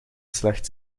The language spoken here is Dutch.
slechts